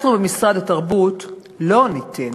אנחנו, במשרד התרבות, לא ניתן